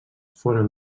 foren